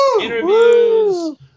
interviews